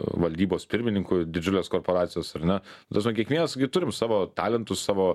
valdybos pirmininku didžiulės korporacijos ar ne ta prasme kiekvienas gi turim savo talentus savo